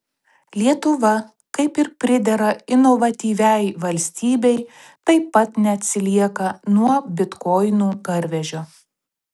lietuva kaip ir pridera inovatyviai valstybei taip pat neatsilieka nuo bitkoinų garvežio